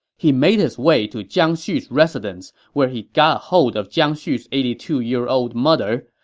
he made his way to jiang xu's residence, where he got a hold of jiang xu's eighty two year old mother.